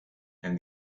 and